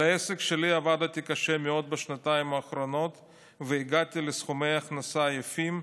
על העסק שלי עבדתי קשה מאוד בשנתיים האחרונות והגעתי לסכומי הכנסה יפים,